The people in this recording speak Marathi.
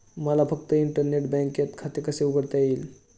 मला फक्त इंटरनेट बँकेत खाते कसे उघडता येईल?